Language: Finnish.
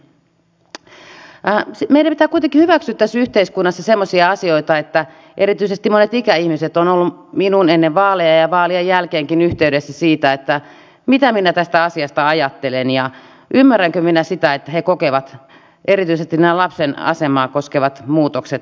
meidän pitää kuitenkin hyväksyä tässä yhteiskunnassa semmoisia asioita että erityisesti monet ikäihmiset ovat olleet minuun ennen vaaleja ja vaalien jälkeenkin yhteydessä siitä että mitä minä tästä asiasta ajattelen ja ymmärränkö minä sitä että he kokevat erityisesti nämä lapsen asemaa koskevat muutokset arveluttavina